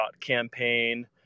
campaign